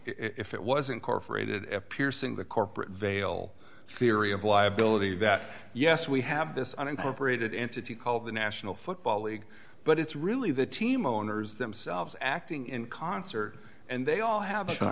if it was incorporated piercing corporate veil theory of liability that yes we have this unincorporated entity called the national football league but it's really the team owners themselves acting in concert and they all have